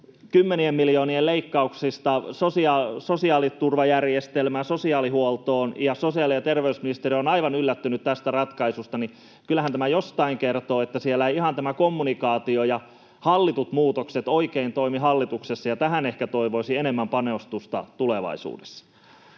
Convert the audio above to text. kymmenien miljoonien leikkauksista sosiaaliturvajärjestelmään, sosiaalihuoltoon, ja sosiaali- ja terveysministeri on aivan yllättynyt tästä ratkaisusta, niin kyllähän tämä jostain kertoo, että ei ihan tämä kommunikaatio ja hallitut muutokset oikein toimi hallituksessa. Tähän toivoisin enemmän panostusta tulevaisuudessa.